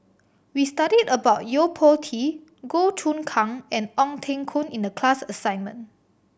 we studied about Yo Po Tee Goh Choon Kang and Ong Teng Koon in the class assignment